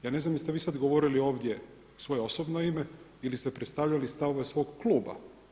Ja ne znam jeste vi sada govorili ovdje u svoje osobno ime ili ste predstavljali stavove svog kluba?